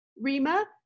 Rima